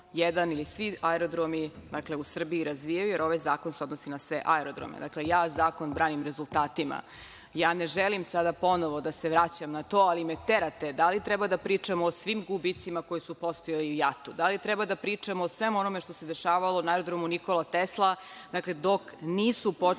jedan ili svi aerodromi u Srbiji razvijaju, jer ovaj se ovaj zakon se odnosi na sve aerodrome. Dakle, ja zakon branim rezultatima. Ne želim sada ponovo da se vraćam na to, ali me terate da li treba da pričamo o svim gubicima koji su postojali u JAT-u? Da li treba da pričamo o svemu onome što se dešavalo na aerodromu „Nikola Tesla“ dok nije počelo